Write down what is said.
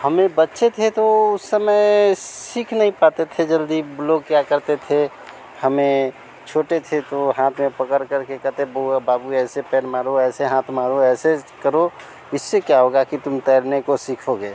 हमें बच्चे थे तो उस समय सीख नहीं पाते थे जल्दी लोग क्या करते थे हमें छोटे थे तो हाथ में पकड़ करके कहते बो बाबू ऐसे पैर मारो ऐसे हाथ मारो ऐसे करो इससे क्या होगा कि तुम तैरने को सीखोगे